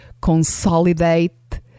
consolidate